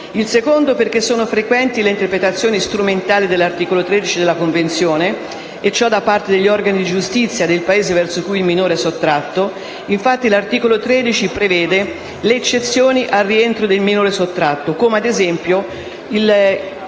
di giudizio); per le frequenti interpretazioni strumentali dell'articolo 13 della Convenzione da parte degli organi di giustizia del Paese verso cui il minore è sottratto. Infatti, l'articolo 13 prevede le eccezioni al rientro del minore sottratto, come - ad esempio -